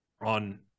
on